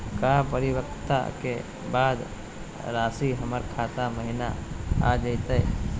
का परिपक्वता के बाद रासी हमर खाता महिना आ जइतई?